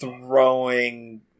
throwing